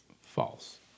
False